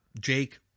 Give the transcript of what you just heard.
Jake